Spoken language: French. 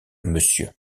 monsieur